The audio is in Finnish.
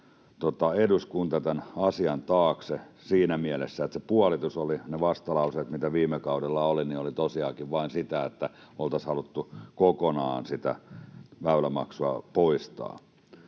eduskunta tämän asian taakse siinä mielessä, että se puolitus, ne vastalauseet, mitä viime kaudella oli, olivat tosiaankin vain sitä, että oltaisiin haluttu kokonaan se väylämaksu poistaa.